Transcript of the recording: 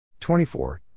24